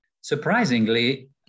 Surprisingly